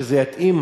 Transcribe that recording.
שזה יתאים,